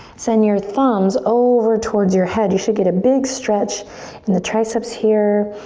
send your thumbs over towards your head, you should get a big stretch in the triceps here,